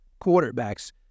quarterbacks